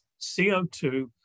CO2